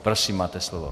Prosím, máte slovo.